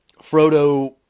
Frodo